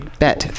bet